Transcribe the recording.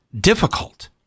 difficult